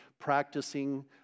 practicing